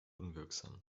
unwirksam